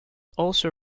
also